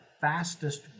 fastest